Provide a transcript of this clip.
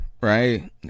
right